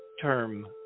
term